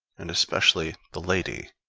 and especially the lady,